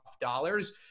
dollars